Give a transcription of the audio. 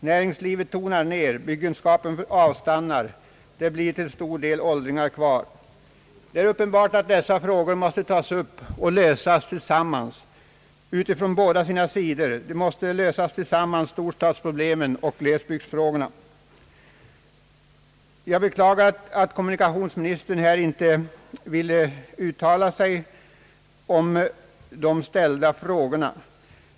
Näringslivet tonar ned, byggenskapen avstannar och det blir till stor del åldringar kvar. Det är uppenbart att storstadsproblemen och glesbygdsfrågorna måste tas upp och lösas i ett sammanhang. Jag beklagar att kommunikationsministern inte ville uttala sig över de ställda frågorna.